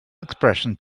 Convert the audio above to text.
expression